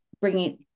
bringing